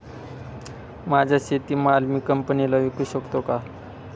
माझा शेतीमाल मी कंपनीला विकू शकतो का?